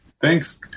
Thanks